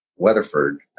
Weatherford